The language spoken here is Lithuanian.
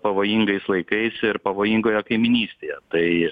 pavojingais laikais ir pavojingoje kaimynystėje tai